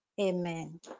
Amen